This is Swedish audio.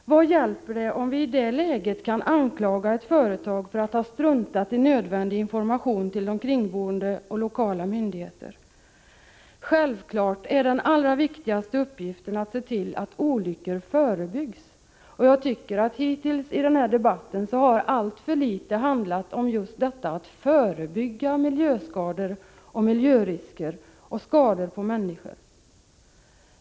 Vad hjälper det om vi i det läget kan anklaga ett företag för att ha struntat i nödvändig information till de kringboende och till lokala myndigheter? Självfallet är den allra viktigaste uppgiften att se till att olyckor förebyggs. Jag tycker att alltför litet i dagens debatt har handlat om vikten av att förebygga miljöskador och miljörisker liksom skador på människor.